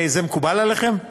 זה מקובל עליכם?